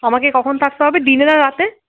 আমাকে কখন থাকতে হবে দিনে না রাতে